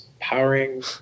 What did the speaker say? powering